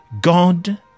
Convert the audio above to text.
God